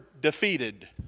defeated